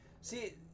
See